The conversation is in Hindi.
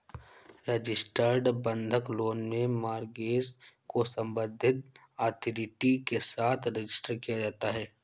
रजिस्टर्ड बंधक लोन में मॉर्गेज को संबंधित अथॉरिटी के साथ रजिस्टर किया जाता है